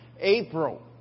April